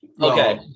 Okay